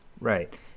right